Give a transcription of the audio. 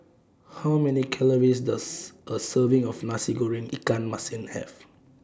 How Many Calories Does A Serving of Nasi Goreng Ikan Masin Have